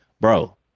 bro